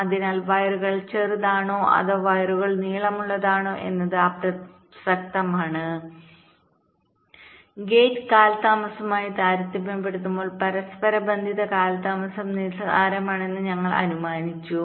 അതിനാൽ വയറുകൾ ചെറുതാണോ അതോ വയറുകൾ നീളമുള്ളതാണോ എന്നത് അപ്രസക്തമാണ് ഗേറ്റ് കാലതാമസവുമായി താരതമ്യപ്പെടുത്തുമ്പോൾ പരസ്പരബന്ധിത കാലതാമസം നിസ്സാരമാണെന്ന് ഞങ്ങൾ അനുമാനിച്ചു